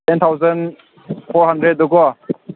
ten thousand four hundred ꯇꯣꯀꯣ